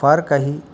फार काही